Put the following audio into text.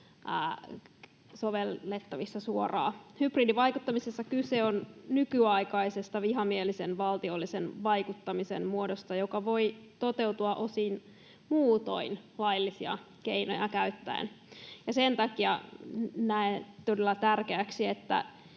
sovellettavissa suoraan. Hybridivaikuttamisessa kyse on nykyaikaisesta vihamielisen valtiollisen vaikuttamisen muodosta, joka voi toteutua osin muutoin laillisia keinoja käyttäen, ja sen takia näen todella tärkeäksi,